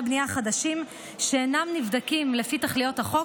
בנייה חדשים שאינם נבדקים לפי תכליות החוק,